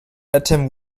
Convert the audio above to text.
atom